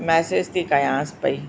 message थी कयांस पई